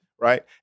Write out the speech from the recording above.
right